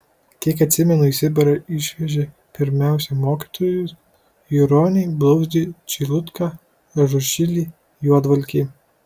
kiek atsimenu į sibirą išvežė pirmiausia mokytojus juronį blauzdį čeilutką ažušilį juodvalkį